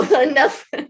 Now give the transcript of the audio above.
enough